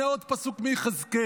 הינה עוד פסוק מיחזקאל,